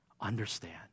understand